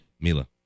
Mila